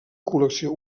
col·lecció